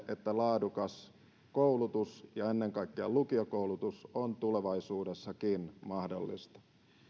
että laadukas koulutus ja ennen kaikkea lukiokoulutus on tulevaisuudessakin mahdollista